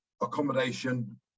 accommodation